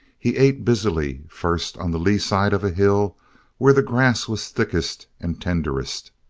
he ate busily first on the lee side of a hill where the grass was thickest and tenderest.